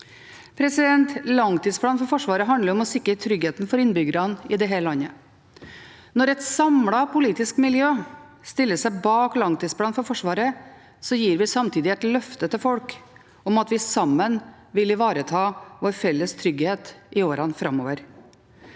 tidligere. Langtidsplanen for Forsvaret handler om å sikre tryggheten for innbyggerne i dette landet. Når et samlet politisk miljø stiller seg bak langtidsplanen for Forsvaret, gir vi samtidig et løfte til folk om at vi sammen vil ivareta vår felles trygghet i årene framover.